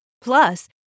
Plus